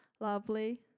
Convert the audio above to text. lovely